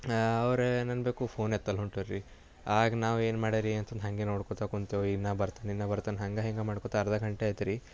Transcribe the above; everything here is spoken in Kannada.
ಅವ್ರು ಏನನ್ನಬೇಕು ಫೋನ್ ಎತ್ತಲ್ಲ ಹೊಂಟೆರಿ ಆಗ ನಾವು ಏನು ಮಾಡೇರಿ ಅಂತಂದು ಹಾಗೆ ನೋಡಿಕೊತ ಕುಂತೇವು ಇನ್ನು ಬರ್ತಾನ ಇನ್ನು ಬರ್ತಾನ ಹಂಗೆ ಹಿಂಗೆ ಮಾಡಿಕೊತಾ ಅರ್ಧ ಗಂಟೆ ಆಯ್ತುರೀ